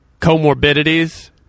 comorbidities